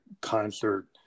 concert